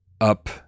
up